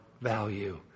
value